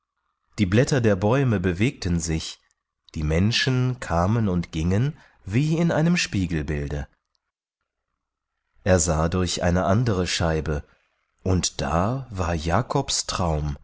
die blätter der bäume bewegten sich die menschen kamen und gingen wie in einem spiegelbilde er sah durch eine andere scheibe und da war